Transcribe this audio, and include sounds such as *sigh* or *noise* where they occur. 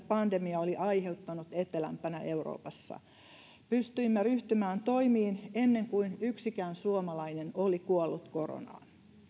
*unintelligible* pandemia oli aiheuttanut etelämpänä euroopassa pystyimme ryhtymään toimiin ennen kuin yksikään suomalainen oli kuollut koronaan